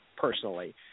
personally